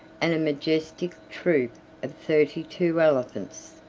and a majestic troop of thirty-two elephants.